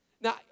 Now